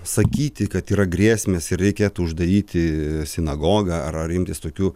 sakyti kad yra grėsmės ir reikėtų uždaryti sinagogą ar imtis tokių